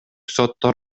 соттор